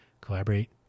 collaborate